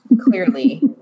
Clearly